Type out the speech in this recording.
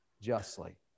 justly